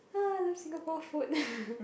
love Singapore food